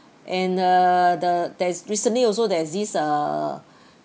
and err the there's recently also there's this err